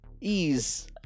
ease